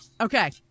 Okay